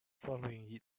following